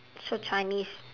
so chinese